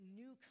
new